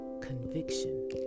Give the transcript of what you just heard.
conviction